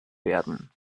werden